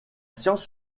science